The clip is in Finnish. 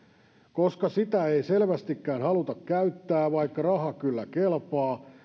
koska sitä ei selvästikään haluta käyttää vaikka raha kyllä kelpaa